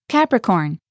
Capricorn